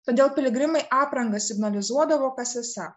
todėl piligrimai apranga signalizuodavo kas esą